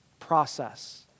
Process